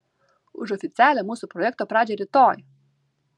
už oficialią mūsų projekto pradžią rytoj